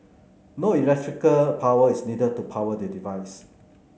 no electrical power is needed to power the device